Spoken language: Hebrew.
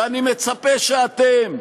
ואני מצפה שאתם,